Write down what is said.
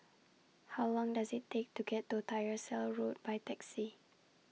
How Long Does IT Take to get to Tyersall Road By Taxi